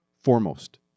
foremost